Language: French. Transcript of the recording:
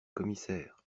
commissaires